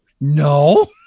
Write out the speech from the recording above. No